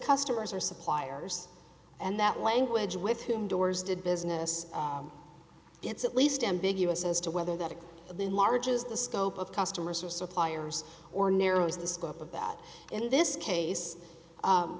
customers or suppliers and that language with whom doors did business it's at least ambiguous as to whether that is the largest the scope of customers or suppliers or narrows the scope of that in this case